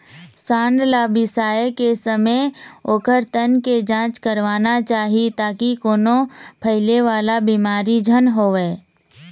सांड ल बिसाए के समे ओखर तन के जांच करवाना चाही ताकि कोनो फइले वाला बिमारी झन होवय